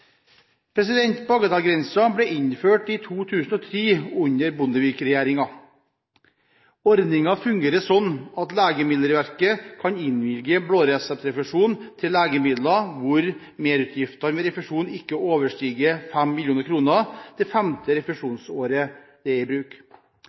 ble innført i 2003 under Bondevik II-regjeringen. Ordningen fungerer sånn at Legemiddelverket kan innvilge blåreseptrefusjon for legemidler hvor merutgiftene ved refusjon ikke overstiger 5 mill. kr det femte